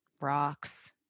rocks